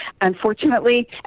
unfortunately